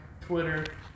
Twitter